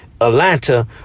Atlanta